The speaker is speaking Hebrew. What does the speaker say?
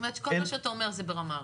זאת אומרת שכל מה שאתה אומר הוא ברמה הארצית.